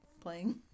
playing